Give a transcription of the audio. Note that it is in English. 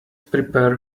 prepare